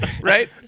Right